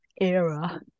era